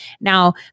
Now